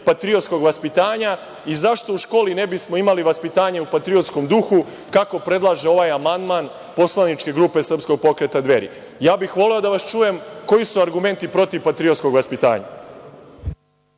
patriotskog vaspitanja i zašto u školi ne bismo imali vaspitanje u patriotskom duhu, kako predlaže ovaj amandman poslaničke grupe Srpskog pokreta Dveri? Ja bih voleo da čujem koji su argumenti protiv patriotskog vaspitanja.